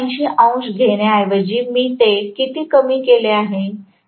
180 अंश घेण्याऐवजी मी ते किती कमी केले आहे